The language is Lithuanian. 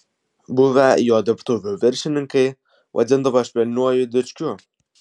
buvę jo dirbtuvių viršininkai vadindavo švelniuoju dičkiu